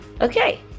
Okay